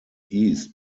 east